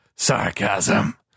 sarcasm